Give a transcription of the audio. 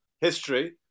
history